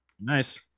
Nice